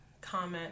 comment